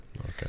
Okay